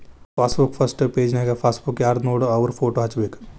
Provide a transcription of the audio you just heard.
passbook first ಪೆಜನ್ಯಾಗ passbook ಯಾರ್ದನೋಡ ಅವ್ರ ಫೋಟೋ ಹಚ್ಬೇಕ್